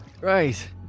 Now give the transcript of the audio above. Right